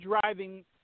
driving